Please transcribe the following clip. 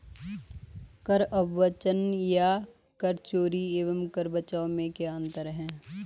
कर अपवंचन या कर चोरी एवं कर बचाव में क्या अंतर है?